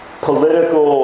political